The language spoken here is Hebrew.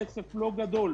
מדובר בכסף לא גדול.